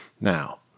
Now